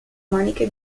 maniche